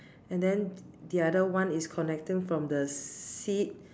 and then the other one is connecting from the seat